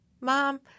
mom